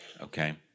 Okay